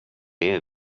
det